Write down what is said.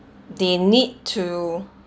they need to